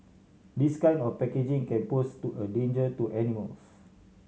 this kind of packaging can pose to a danger to animals